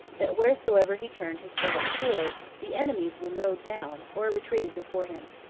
that wheresoever he turned his fatal sword, the enemies were mowed down, or retreated before him.